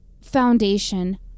foundation